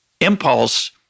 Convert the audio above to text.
impulse